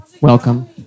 Welcome